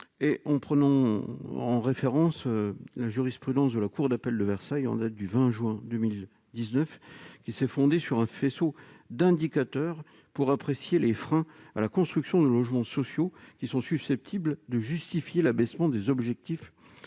plancher, conformément à la jurisprudence de la cour d'appel de Versailles du 20 juin 2019, laquelle s'est fondée sur un faisceau d'indicateurs afin d'apprécier les freins à la construction de logements sociaux susceptibles de justifier l'abaissement des objectifs,